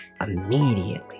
immediately